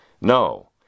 No